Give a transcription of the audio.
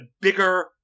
bigger –